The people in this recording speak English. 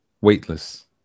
weightless